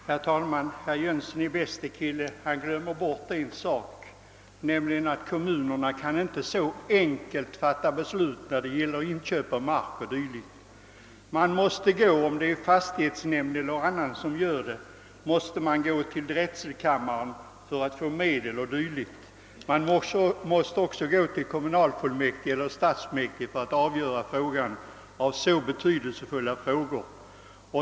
Herr talman! Herr Nilsson i Bästekille glömmer bort en sak, nämligen att kommunerna inte så enkelt kan fatta beslut när det gäller inköp av mark. Fastighetsnämnden måste ansöka om medel hos drätselkammaren, och så betydelsefulla frågor måste också avgöras av stadsfullmäktige eller kommunalfullmäktige.